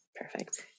Perfect